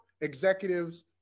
executives